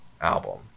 album